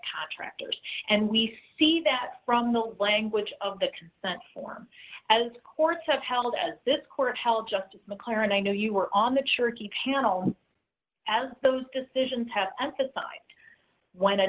contractors and we see that from the language of the consent form as courts have held as this court held just mclaren i know you were on that sure key panel as those decisions have emphasized when a